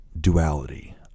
duality